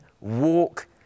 walk